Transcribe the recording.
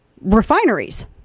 refineries